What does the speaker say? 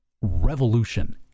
revolution